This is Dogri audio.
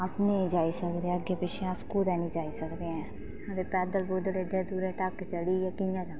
अस नेईं जाई सकदे अग्गै पिच्छै अस कुतै नेईं जाई सकदे ऐं अस पैदल एड्डे दूरै ढक्क चढ़ियै कि'यां जाना